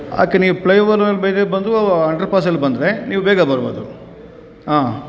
ಅದ್ಕೆ ನೀವು ಫ್ಲೈ ಓವರ್ನಲ್ಲಿ ಬೇಗ ಬಂದು ಅಂಡ್ರ್ ಪಾಸಲ್ಲಿ ಬಂದರೆ ನೀವು ಬೇಗ ಬರ್ಬೋದು ಆಂ